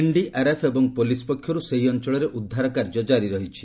NDRF ଏବଂ police ପକ୍ଷରୁ ସେହି ଅଞ୍ଚଳରେ ଉଦ୍ଧାର କାର୍ଯ୍ୟ କାରି ରହିଛି